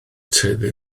teulu